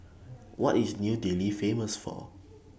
What IS New Delhi Famous For